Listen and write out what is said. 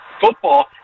football